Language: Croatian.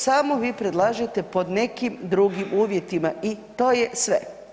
Samo vi predlažete pod nekim drugim uvjetima i to je sve.